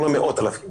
אם לא מאות אלפים